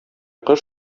кош